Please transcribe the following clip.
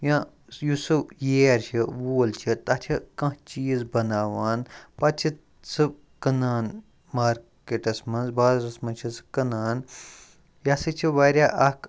یا یُس سُہ ییر چھُ ووٗل چھُ تَتھ چھِ کانٛہہ چیٖز بَناوان پَتہٕ چھُ سُہ کٕنان مارکیٚٹَس منٛز بازرَس مَنٛز چھِ سُہ کٕنان یہِ ہَسا چھُ واریاہ اَکھ